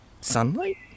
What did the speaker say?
sunlight